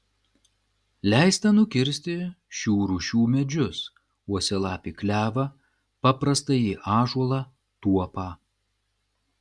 leista nukirsti šių rūšių medžius uosialapį klevą paprastąjį ąžuolą tuopą